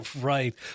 Right